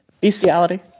Bestiality